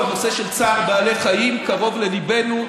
הנושא של צער בעלי חיים קרוב לליבנו,